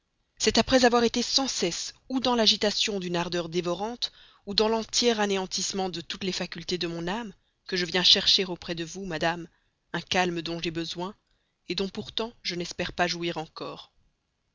c'est après avoir été sans cesse ou dans l'agitation d'une ardeur dévorante ou dans l'entier anéantissement de toutes les facultés de mon âme que je viens chercher auprès de vous madame un calme dont j'ai besoin dont pourtant je n'espère pas pouvoir jouir encore